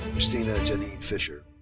kristina janine fisher.